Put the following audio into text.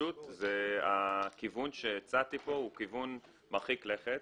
פשוט הכיוון שהצעתי פה הוא כיוון מרחיק לכת,